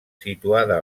situada